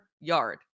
yard